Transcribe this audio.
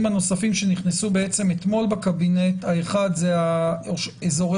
הנוספים שנכנסנו בעצם אתמול בקבינט האחד זה אזורי